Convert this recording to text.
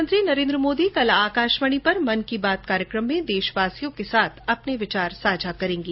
प्रधानमंत्री नरेन्द्र मोदी कल आकाशवाणी पर मन की बात कार्यक्रम में देश वासियों के साथ अपने विचार साझा करेंगे